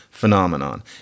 Phenomenon